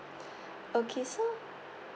okay so